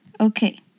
Okay